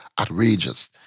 outrageous